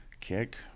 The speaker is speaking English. kick